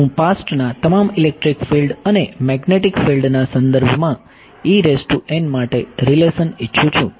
હું પાસ્ટના તમામ ઇલેક્ટ્રિક ફિલ્ડ અને મેગ્નેટિક ફિલ્ડના સંદર્ભમાં માટે રીલેશન ઈચ્છું છું